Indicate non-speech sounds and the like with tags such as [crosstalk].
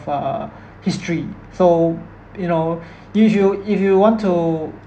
uh history so you know [breath] you you if you want to